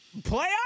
Playoffs